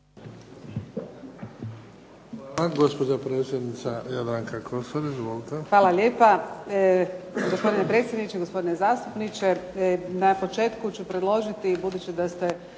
Hvala. Gospođa predsjednica Jadranka Kosor. Izvolite. **Kosor, Jadranka (HDZ)** Hvala lijepa. Gospodine predsjedniče, gospodine zastupniče. Na početku ću predložiti budući da ste